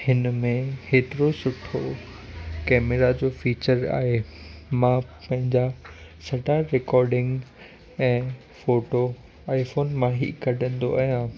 हिन में हेतिरो सुठो केमेरा जो फ़ीचर आहे मां पेंजा सॼा रोकॉर्डींग ऐं फ़ोटो आईफ़ोन मां ई कढंदो आहियां